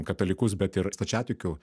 katalikus bet ir stačiatikių